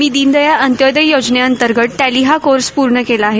मी दीनदयाल अंत्योदय योजनेअंतर्गत टॅलीचा कोर्स पूर्ण केला आहे